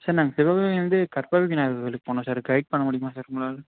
sir நாங்கள் சிவகங்கையில் இருந்து கற்பக விநாயகர் கோயிலுக்கு போகணும் சார் கைட் பண்ண முடியுமா சார் உங்களால்